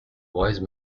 wise